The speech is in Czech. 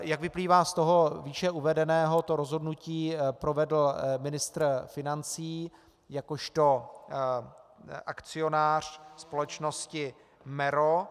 Jak vyplývá z toho výše uvedeného, to rozhodnutí provedl ministr financí jakožto akcionář společnosti MERO.